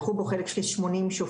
לקחו בו חלק כ-80 שופטים,